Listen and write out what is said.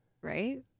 Right